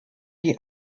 die